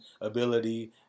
ability